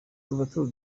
tour